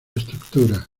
estructura